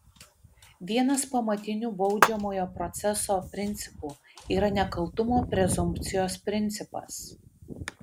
vienas pamatinių baudžiamojo proceso principų yra nekaltumo prezumpcijos principas